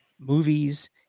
movies